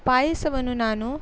ಪಾಯಸವನ್ನು ನಾನು